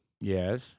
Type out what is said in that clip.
yes